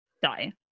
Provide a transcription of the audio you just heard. Die